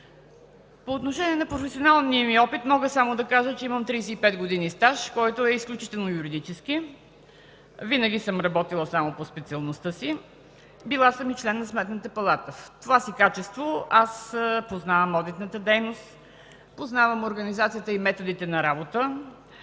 По отношение на професионалния ми опит мога само да кажа, че имам 35 г. стаж, който е изключително юридически – винаги съм работила само по специалността си. Била съм и член на Сметната палата. В това си качество познавам одитната дейност, организацията и методите на работа,